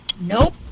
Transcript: Nope